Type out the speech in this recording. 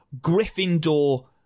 Gryffindor